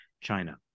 China